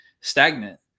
stagnant